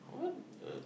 what the